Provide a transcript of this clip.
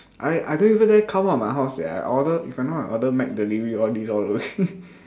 I I don't even dare come out of my house sia I order if I'm not wrong I order mcdelivery all this all the way